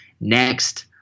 next